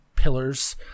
Pillars